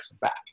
back